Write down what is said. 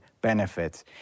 benefits